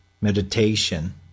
meditation